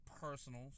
personal